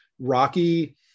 rocky